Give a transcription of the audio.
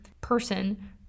person